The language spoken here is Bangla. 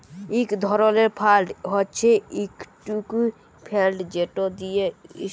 ইক ধরলের ফাল্ড হছে ইকুইটি ফাল্ড যেট দিঁয়ে ইস্টকসে টাকা বিলিয়গ ক্যরে